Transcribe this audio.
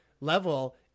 level